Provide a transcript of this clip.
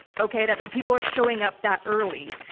okay? that that people are showing up that early.